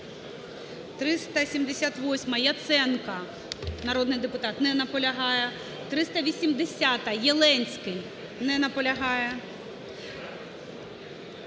378-а, Яценко народний депутат. Не наполягає. 380-а, Єленський. Не наполягає.